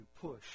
push